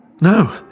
No